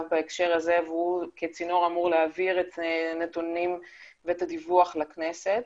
בהקשר הזה והוא כצינור אמור להעביר את הנתונים ואת הדיווח לכנסת.